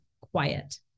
quiet